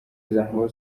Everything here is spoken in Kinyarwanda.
isango